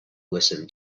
listen